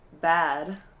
bad